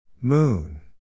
Moon